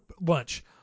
lunch